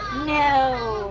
know